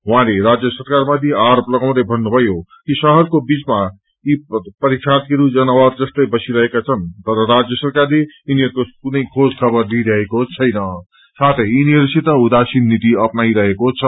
उहाँले राज्य सरकारमाथि आरोप लागाउँदै भन्नुभयो कि शहरको बीचमा यी परीक्षार्थीहरू जनावर जस्तै बसिरहेका छन् तर राज्य सरकारले यिनीहरूको कुनै खोजखवर लिईरहेको छैन साथै चिनीहरूसित उदासीन नीति अप्नाईरहेको छ